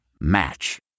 Match